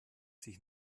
sich